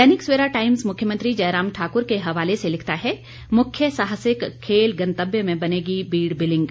दैनिक Savera Times मुख्यमंत्री जयराम ठाकुर के हवाले से लिखता है मुख्य साहसिक खेल गंतव्य में बनेगी बीड़ बिलिंग